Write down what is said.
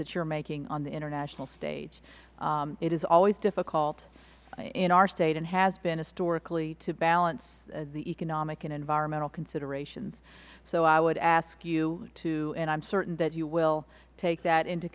that you are making on the international stage it is always difficult in our state and has been historically to balance the economic and environmental consideration so i would ask you to and i am certain that you will take that into